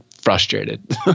frustrated